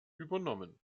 übernommen